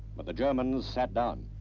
but the germans sat down,